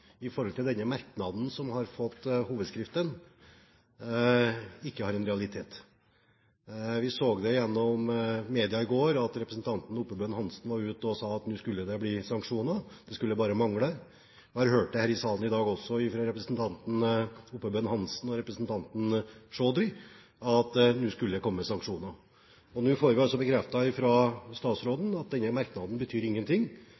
denne merknaden som har fått overskrifter, ikke har bakgrunn i en realitet. Vi så i media i går at representanten Oppebøen Hansen var ute og sa at nå skulle det bli sanksjoner, det skulle bare mangle. Jeg har hørt det her i salen i dag også fra representanten Oppebøen Hansen og representanten Chaudhry – nå skulle det komme sanksjoner. Nå får vi altså bekreftet fra statsråden at denne merknaden betyr ingenting,